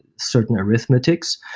certain arithmetic.